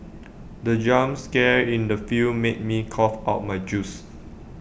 the jump scare in the film made me cough out my juice